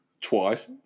twice